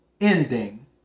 ending